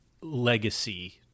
legacy